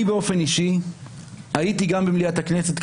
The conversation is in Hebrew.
אני באופן אישי הייתי גם במליאת הכנסת,